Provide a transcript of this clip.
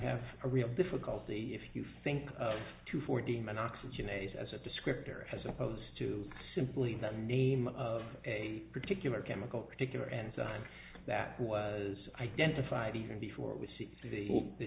have a real difficulty if you think of two for demon oxygenates as a descriptor as opposed to simply that name of a particular chemical particular enzyme that was identified even before we see the